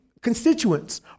constituents